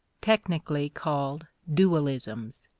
technically called dualisms.